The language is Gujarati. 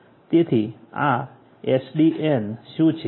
તેથી આ એસડીએન શું છે